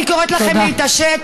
אני קוראת לכם להתעשת,